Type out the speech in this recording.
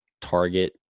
target